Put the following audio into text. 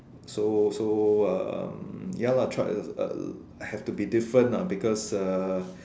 so so so um ya lah try uh uh have to be different lah because uh